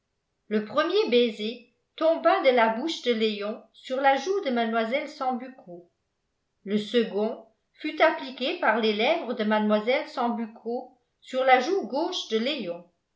le premier baiser tomba de la bouche de léon sur la joue de mlle sambucco le second fut appliqué par les lèvres de mlle sambucco sur la joue gauche de léon